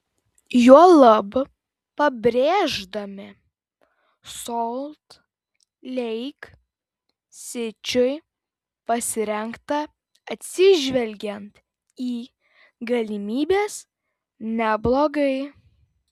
juolab pabrėždami solt leik sičiui pasirengta atsižvelgiant į galimybes neblogai